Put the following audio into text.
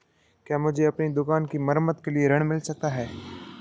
क्या मुझे अपनी दुकान की मरम्मत के लिए ऋण मिल सकता है?